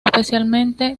especialmente